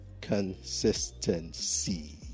consistency